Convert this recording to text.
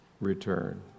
return